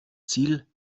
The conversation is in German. ziel